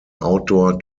outdoor